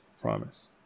promise